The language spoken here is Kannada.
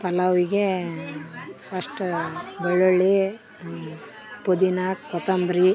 ಪಲಾವಿಗೇ ಫಸ್ಟು ಬೆಳ್ಳುಳ್ಳಿ ಪುದಿನ ಕೊತಂಬ್ರಿ